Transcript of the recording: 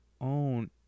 own